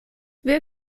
wir